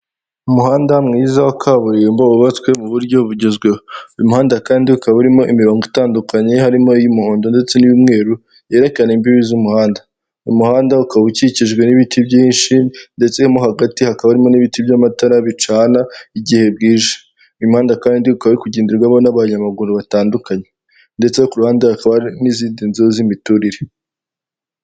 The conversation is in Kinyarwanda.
Umuhanda mwiza wa kaburimbo wubatswe mu buryo bugezweho uyu muhanda kandi ukaba urimo imirongo itandukanye harimo iy'umuhondo ndetse n'umweru yerekana imbibi z'umuhanda, uyu muhanda ukaba ukikijwe n'ibiti byinshi ndetse hagati hakaba harimo n'ibiti by'amatara bicana igihe bwije, umihanda kandi kwiye ukaba iri kugenderwamo n'abanyamaguru batandukanye ndetse ndetse ku ruhande hakaba hari n'izindi nzu z'imiturire.